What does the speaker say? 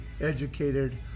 educated